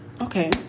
Okay